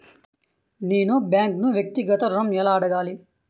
నేను బ్యాంక్ను వ్యక్తిగత ఋణం ఎలా అడగాలి?